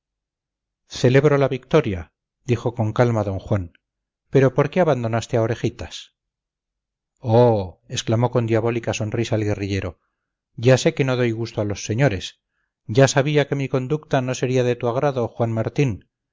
celebro la victoria dijo con calma don juan pero por qué abandonaste a orejitas oh exclamó con diabólica sonrisa el guerrillero ya sé que no doy gusto a los señores ya sabía que mi conducta no sería de tu agrado juan martín